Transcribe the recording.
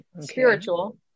spiritual